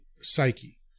psyche